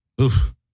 oof